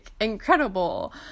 incredible